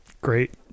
great